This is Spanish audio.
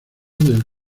del